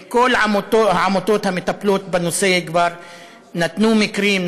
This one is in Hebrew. כל העמותות המטפלות בנושא כבר הציגו מקרים,